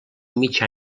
mig